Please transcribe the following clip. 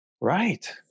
right